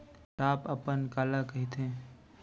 Top अपन काला कहिथे?